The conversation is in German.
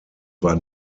war